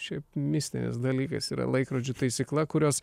šiaip mistinis dalykas yra laikrodžių taisykla kurios